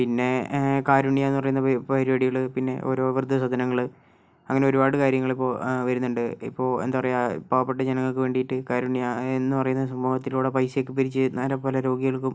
പിന്നേ കാരുണ്യ എന്നു പറയുന്ന പരിപാടികൾ പിന്നെ ഓരോ വൃദ്ധ സദനങ്ങൾ അങ്ങനെ ഒരുപാട് കാര്യങ്ങളിപ്പോൾ വരുന്നുണ്ട് ഇപ്പോൾ എന്താ പറയുക പാവപ്പെട്ട ജനങ്ങൾക്ക് വേണ്ടിയിട്ട് കാരുണ്യ എന്നു പറയുന്ന സംഭവത്തിലൂടെ പൈസ ഒക്കെ പിരിച്ച് പോലെ രോഗികൾക്കും